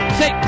say